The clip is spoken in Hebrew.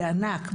בענק,